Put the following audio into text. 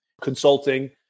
consulting